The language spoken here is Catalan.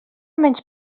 menys